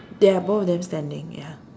yeah both of them standing ya